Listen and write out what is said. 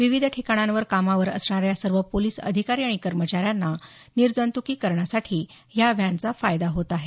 विविध ठिकाणांवर कामावर असणाऱ्या सर्व पोलीस अधिकारी आणि कर्मचार्यांना निर्जंत्कीकरणासाठी या व्हॅनचा फायदा होत आहे